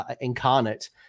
incarnate